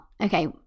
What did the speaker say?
Okay